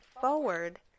forward